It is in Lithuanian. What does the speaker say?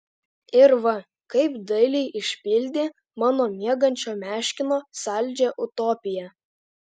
ir va kaip dailiai išpildė mano miegančio meškino saldžią utopiją